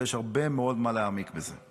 ויש הרבה מאוד מה להעמיק בזה.